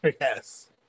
Yes